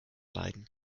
leiden